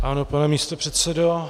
Ano, pane místopředsedo.